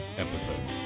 episode